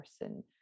person